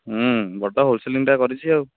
ହୁଁ ବଡ଼ ହୋଲ୍ ସେଲିଙ୍ଗଟା କରିଛି ଆଉ